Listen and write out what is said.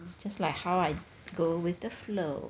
just like how I go with the flow